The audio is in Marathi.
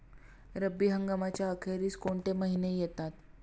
रब्बी हंगामाच्या अखेरीस कोणते महिने येतात?